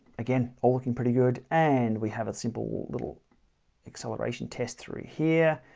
again all looking pretty good, and we have a simple little acceleration test through here.